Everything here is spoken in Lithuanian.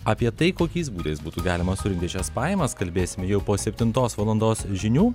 apie tai kokiais būdais būtų galima surinkti šias pajamas kalbėsim jau po septintos valandos žinių